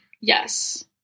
Yes